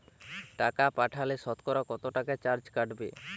টাকা পাঠালে সতকরা কত টাকা চার্জ কাটবে?